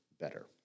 better